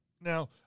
Now